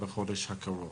בחודש הקרוב.